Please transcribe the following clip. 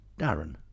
Darren